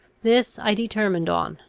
this i determined on,